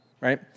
right